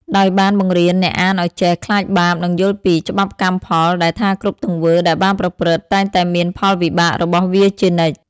ដោយបានបង្រៀនអ្នកអានឲ្យចេះ ខ្លាចបាប និងយល់ពី ច្បាប់កម្មផល ដែលថាគ្រប់ទង្វើដែលបានប្រព្រឹត្តតែងតែមានផលវិបាករបស់វាជានិច្ច។